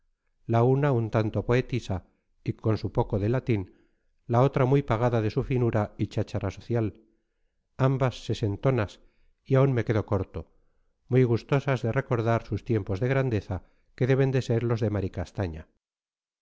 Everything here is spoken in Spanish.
la una un tanto poetisa y con su poco de latín la otra muy pagada de su finura y cháchara social ambas sesentonas y aún me quedo corto muy gustosas de recordar sus tiempos de grandeza que deben de ser los de